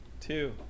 two